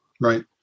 Right